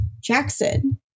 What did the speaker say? Jackson